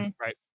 right